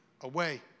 away